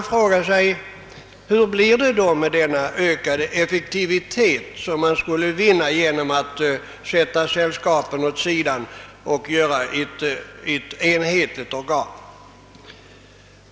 Hur blir det då med denna ökade effektivitet, som vi skulle vinna genom att sätta sällskapen åt sidan och skapa ett enhetligt organ?